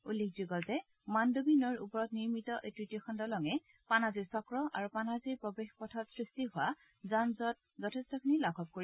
উল্লেখযোগ্য যে মানডোৱি নৈৰ ওপৰত নিৰ্মিত এই তৃতীয়খন দলঙে পানাজী চক্ৰ আৰু পানাজীৰ প্ৰৱেশ পথত সৃষ্টি হোৱা যান জট যথেষ্টখিনি লাঘব কৰিব